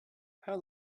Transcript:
how